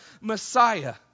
Messiah